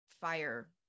fire